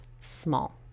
small